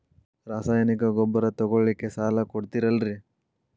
ರಾಸಾಯನಿಕ ಗೊಬ್ಬರ ತಗೊಳ್ಳಿಕ್ಕೆ ಸಾಲ ಕೊಡ್ತೇರಲ್ರೇ?